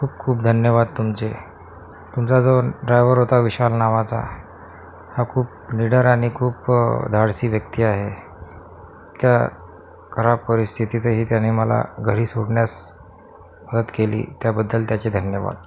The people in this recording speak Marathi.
खूप खूप धन्यवाद तुमचे तुमचा जो ड्रायवर होता विशाल नावाचा हा खूप निडर आणि खूप धाडसी व्यक्ती आहे त्या खराब परिस्थितीतही त्यानी मला घरी सोडण्यास मदत केली त्याबद्दल त्याचे धन्यवाद